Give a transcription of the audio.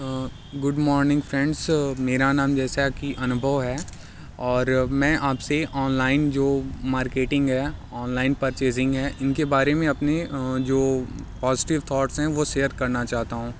good morning friends मेरा नाम जैसा कि अनुभव है और मैं आपसे ऑनलाइन जो मार्केटिंग है ऑनलाइन परचेज़िंग है इनके बारे में अपने जो पॉज़िटिव थॉट्स हैं वो सेयर करना चाहता हूँ